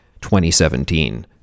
2017